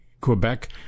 Quebec